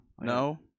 No